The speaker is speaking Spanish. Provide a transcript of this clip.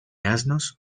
asnos